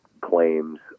claims